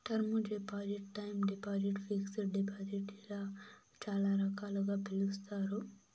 term deposit time deposit fixed deposit ఇలా చాలా రకాలుగా పిలుస్తారు